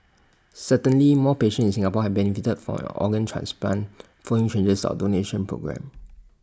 certainly more patients in Singapore have benefited from organ transplant following changes to our donation programmes